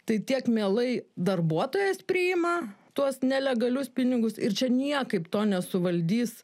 tai tiek mielai darbuotojas priima tuos nelegalius pinigus ir čia niekaip to nesuvaldys